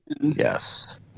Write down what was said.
Yes